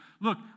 look